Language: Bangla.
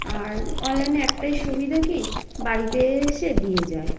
আর অনলাইনে একটাই সুবিধা কি বাড়িতে এসে দিয়ে যায়